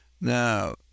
Now